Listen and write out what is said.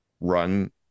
run